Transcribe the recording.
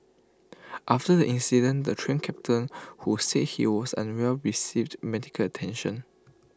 after the incident the Train Captain who said he was unwell received medical attention